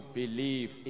believe